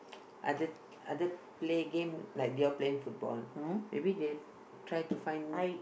other other play game like they all playing football maybe they try to find